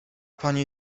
pani